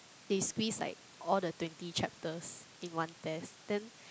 they squeeze like all the twenty chapters in one test then